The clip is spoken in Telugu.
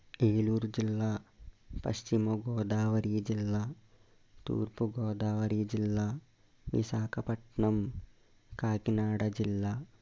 ఏలూరు జిల్లా పశ్చిమ గోదావరి జిల్లా తూర్పుగోదావరి జిల్లా విశాఖపట్నం కాకినాడ జిల్లా